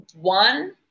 one